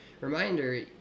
reminder